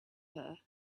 her